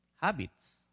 habits